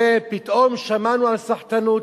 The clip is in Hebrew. ופתאום שמענו על סחטנות,